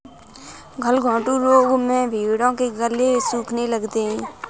गलघोंटू रोग में भेंड़ों के गले सूखने लगते हैं